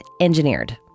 engineered